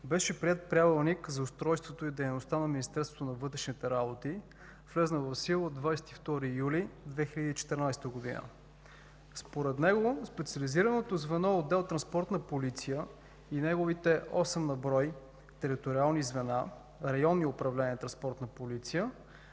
беше приет Правилник за устройството и дейността на Министерството на вътрешните работи, влязъл в сила от 22 юли 2014 г. Според него специализираното звено, отдел „Транспортна полиция” и неговите 8 на брой териториални звена, районни управления